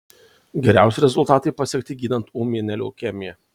geriausi rezultatai pasiekti gydant ūminę leukemiją